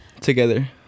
together